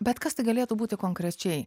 bet kas tai galėtų būti konkrečiai